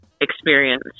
experience